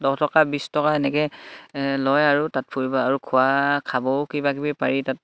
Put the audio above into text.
দহ টকা বিছ টকা এনেকৈ লয় আৰু তাত ফুৰিব আৰু খোৱা খাবও কিবাকিবি পাৰি তাত